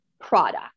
product